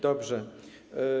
Dobrze.